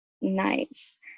nice